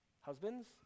Husbands